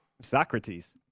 Socrates